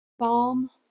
Psalm